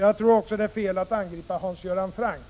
Jag tyckte också det var fel att angripa Hans Göran Franck.